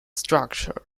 structure